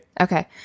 Okay